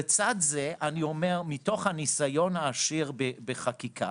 לצד זה אני אומר, מתוך הניסיון העשיר בחקיקה,